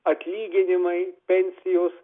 atlyginimai pensijos